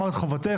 אמרת את חובתך,